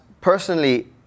personally